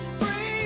free